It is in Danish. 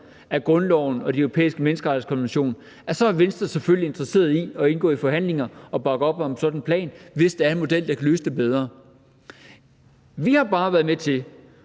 af grundloven og Den Europæiske Menneskerettighedskonvention, er Venstre selvfølgelig interesserede i at indgå i forhandlinger og bakke op om en sådan plan, hvis der altså er en plan, der kan løse det bedre. Vi har bare været med til